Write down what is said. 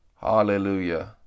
Hallelujah